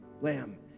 lamb